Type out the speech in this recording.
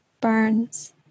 burns